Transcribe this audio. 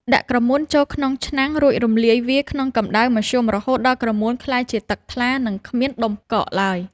ដាក់ក្រមួនចូលក្នុងឆ្នាំង រួចរំលាយវាក្នុងកម្ដៅមធ្យមរហូតដល់ក្រមួនក្លាយជាទឹកថ្លា និងគ្មានដុំកកឡើយ។